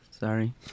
Sorry